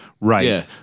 right